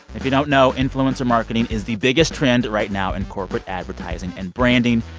if you don't know, influencer marketing is the biggest trend right now in corporate advertising and branding.